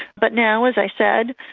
but now, as i said,